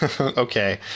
Okay